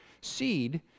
seed